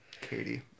Katie